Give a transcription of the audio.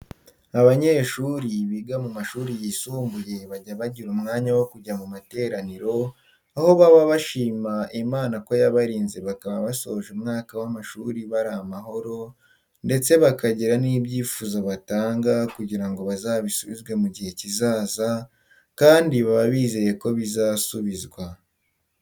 Abanyeshuri biga mu mashuri yisumbuye bajya bagira umwanya wo kujya mu materaniro, aho baba bashima imana ko yabarinze bakaba basoje umwaka w'amashuri bari amahoro ndetse bakagira n'ibyifuzo batanga kugira ngo bazabisubizwe mu gihe kizaza kandi baba bizeye ko bizasubizwa.